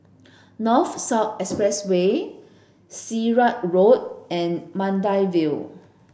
North South Expressway Sirat Road and Maida Vale